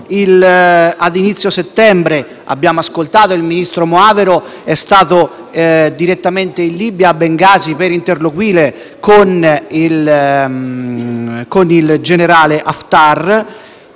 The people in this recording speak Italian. All'inizio di settembre - come abbiamo ascoltato - il ministro Moavero Milanesi è stato direttamente in Libia, a Bengasi, per interloquire con il generale Haftar.